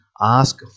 ask